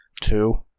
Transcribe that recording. Two